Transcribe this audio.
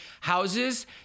houses